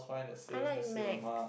I like Macs